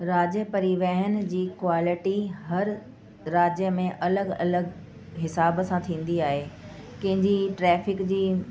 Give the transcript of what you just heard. राज्य परिवहन जी क्वॉलिटी हर राज्य में अलॻि अलॻि हिसाब सां थींदी आहे कंहिंजी ट्रैफ़िक जी